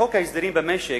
בחוק ההסדרים במשק,